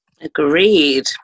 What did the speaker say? Agreed